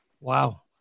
Wow